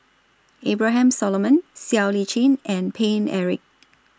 Abraham Solomon Siow Lee Chin and Paine Eric